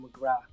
McGrath